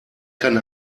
kann